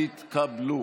התקבלו